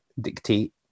dictate